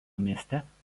mieste